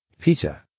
Peter